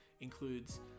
includes